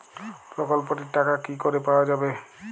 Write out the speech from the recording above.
প্রকল্পটি র টাকা কি করে পাওয়া যাবে?